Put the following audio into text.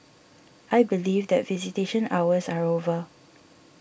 I believe that visitation hours are over